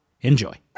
Enjoy